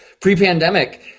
pre-pandemic